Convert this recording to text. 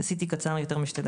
עשיתי קצר יותר משתי דקות.